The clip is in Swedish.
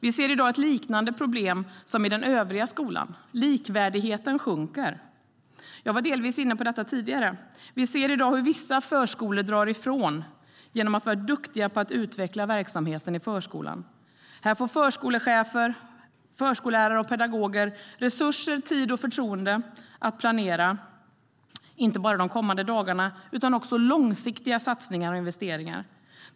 Vi ser i dag ett liknande problem som i den övriga skolan: Likvärdigheten sjunker. Jag var delvis inne på detta tidigare. Vi ser i dag hur vissa förskolor drar ifrån genom att vara duktiga på att utveckla verksamheten i förskolan. Här får förskolechefer, förskollärare och pedagoger resurser, tid och förtroende att planera, inte bara för de kommande dagarna utan också för långsiktiga satsningar och investeringar.